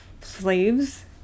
slaves